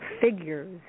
figures